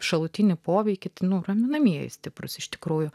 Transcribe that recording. šalutinį poveikį ketinu raminamieji stiprūs iš tikrųjų